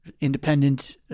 independent